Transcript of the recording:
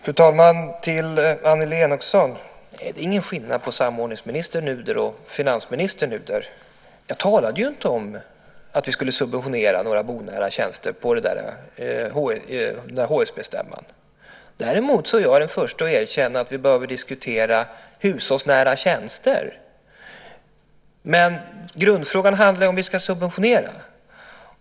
Fru talman! Annelie Enochson, det är ingen skillnad på samordningsminister Nuder och finansminister Nuder. På HSB-stämman talade jag inte om att vi skulle subventionera några bonära tjänster. Däremot är jag den förste att erkänna att vi behöver diskutera hushållsnära tjänster. Men grundfrågan är om vi ska subventionera.